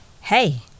hey